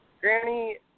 Granny